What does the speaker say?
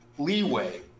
Leeway